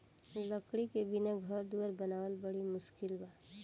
लकड़ी के बिना घर दुवार बनावल बड़ी मुस्किल बा